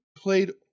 played